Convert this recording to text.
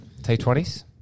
T20s